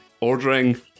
Ordering